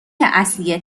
اصلی